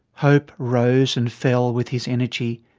hope rose and fell with his energy.